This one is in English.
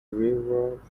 rivers